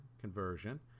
conversion